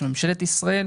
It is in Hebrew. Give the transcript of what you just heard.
של ממשלת ישראל